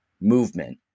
movement